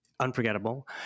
unforgettable